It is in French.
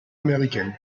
américaine